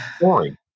boring